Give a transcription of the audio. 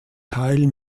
teil